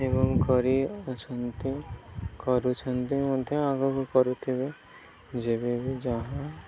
ଏବଂ କରିଅଛନ୍ତି କରୁଛନ୍ତି ମଧ୍ୟ ଆଗକୁ କରୁଥିବେ ଯେବେ ବିି ଯାହା